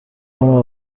عمر